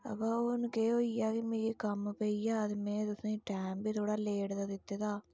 अबा हून केह् होई गेआ कि मिगी कम्म पेई गेआ में तुसेगी टैंम बी थोह्ड़ा लेट दा दित्ते दा हा